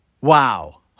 wow